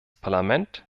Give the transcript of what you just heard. parlament